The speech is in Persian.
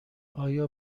آیا